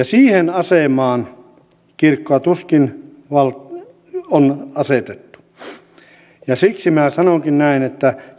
siihen asemaan kirkkoa tuskin on asetettu siksi minä sanonkin näin että